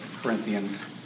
Corinthians